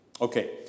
Okay